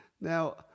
Now